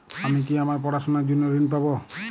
আমি কি আমার পড়াশোনার জন্য ঋণ পাব?